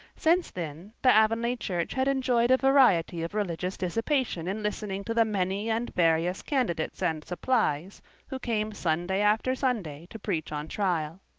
since then the avonlea church had enjoyed a variety of religious dissipation in listening to the many and various candidates and supplies who came sunday after sunday to preach on trial.